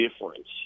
difference